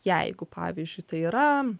jeigu pavyzdžiui tai yra